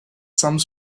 some